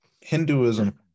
Hinduism